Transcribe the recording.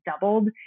doubled